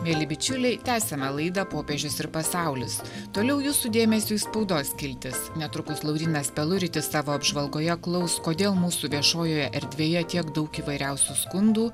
mieli bičiuliai tęsiame laidą popiežius ir pasaulis toliau jūsų dėmesiui spaudos skiltis netrukus laurynas peluritis savo apžvalgoje klaus kodėl mūsų viešojoje erdvėje tiek daug įvairiausių skundų